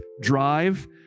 drive